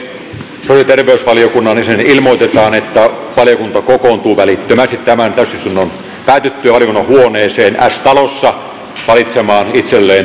sosiaali ja terveysvaliokunnan jäsenille ilmoitetaan että valiokunta kokoontuu välittömästi tämän täysistunnon päätyttyä valiokunnan huoneeseen s talossa valitsemaan itselleen puheenjohtajan ja varapuheenjohtajan